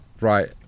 right